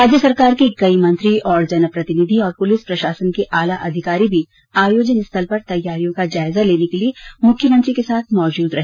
राज्य सरकार के कई मंत्री और जनप्रतिनिधि और पुलिस प्रशासन के आला अधिकारी भी आयोजन स्थल पर तैयारियों का जायजा लेने के लिये मुख्यमंत्री के साथ मौजूद रहे